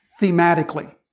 thematically